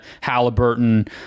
Halliburton